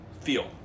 feel